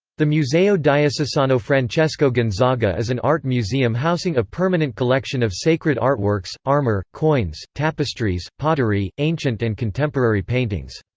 the museo diocesano francesco gonzaga is an art museum housing a permanent collection of sacred artworks, armor, coins, tapestries, pottery, ancient and contemporary paintings.